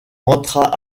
rentra